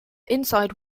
inside